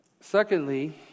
Secondly